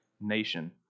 nation